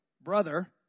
brother